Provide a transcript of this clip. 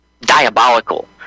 diabolical